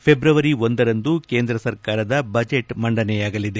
February ಒಂದರಂದು ಕೇಂದ್ರ ಸರ್ಕಾರದ ಬಜೆಟ್ ಮಂಡನೆಯಾಗಲಿದೆ